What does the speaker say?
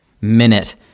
minute